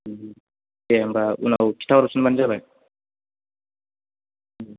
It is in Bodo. दे होनबा उनाव खिन्थाहरफिनबानो जाबाय